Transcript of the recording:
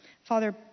Father